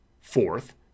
fourth